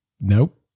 Nope